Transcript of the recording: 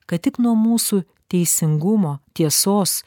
kad tik nuo mūsų teisingumo tiesos